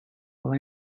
well